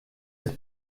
ist